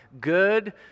good